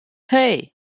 hey